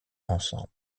ensemble